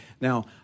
Now